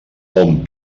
hom